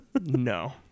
No